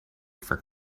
for